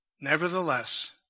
Nevertheless